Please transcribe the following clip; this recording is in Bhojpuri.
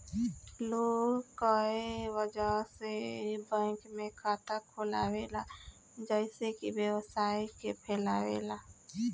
लोग कए वजह से ए बैंक में खाता खोलावेला जइसे कि व्यवसाय के फैलावे ला